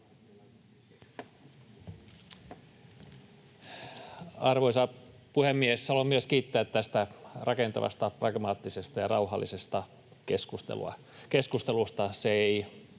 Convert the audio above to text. Arvoisa puhemies! Haluan myös kiittää tästä rakentavasta, pragmaattisesta ja rauhallisesta keskustelusta.